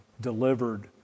delivered